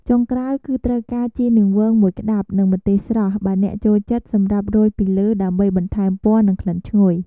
ចុងក្រោយ គឺត្រូវការ ជីនាងវងមួយក្ដាប់ និង ម្ទេសស្រស់ បើអ្នកចូលចិត្ត សម្រាប់រោយពីលើដើម្បីបន្ថែមពណ៌ និងក្លិនឈ្ងុយ។